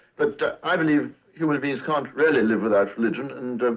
but i believe human beings can't really live without religion. and